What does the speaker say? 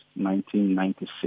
1996